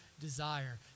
desire